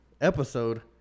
episode